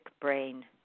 brain